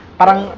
parang